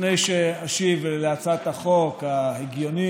לפני שאשיב על הצעת החוק ההגיונית